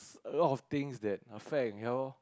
it's a lot of things that affect ya lor